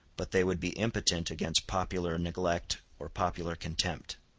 but they would be impotent against popular neglect or popular contempt.